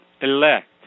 elect